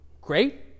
great